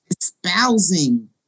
espousing